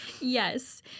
Yes